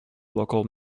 local